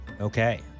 Okay